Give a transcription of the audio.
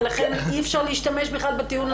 ולכן אי אפשר להשתמש בכלל הטיעון הזה.